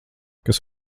kas